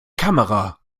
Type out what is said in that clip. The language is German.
kamera